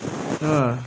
ah